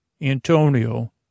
Antonio